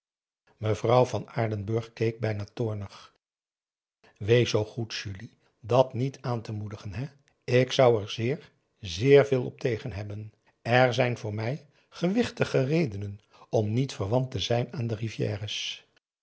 mevrouw van aardenburg keek bijna toornig wees zoo goed julie dat niet aan te moedigen hè ik zou er zeer zeer veel op tegen hebben er zijn voor mij gewichtige redenen om niet verwant te zijn aan de rivière's